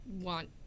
want